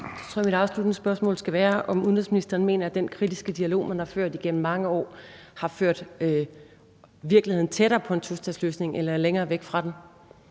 mit afsluttende spørgsmål være, om udenrigsministeren mener, at den kritiske dialog, man har ført igennem mange år, har ført en tostatsløsning tættere på eller længere væk fra